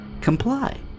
Comply